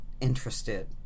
interested